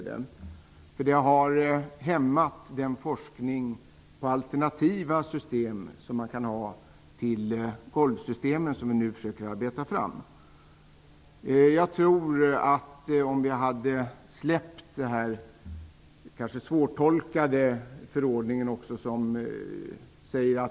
Det har hämmat forskningen om alternativa system till golvsystemet. I förordningen sägs således att man inte får använda burar. Men hur definieras egentligen en bur? Vilken storlek har den och hur skall den se ut?